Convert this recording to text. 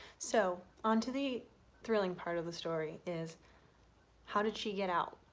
so on to the thrilling part of the story is how did she get out.